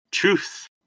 Truth